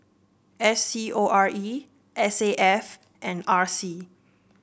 S C O R E S A F and R C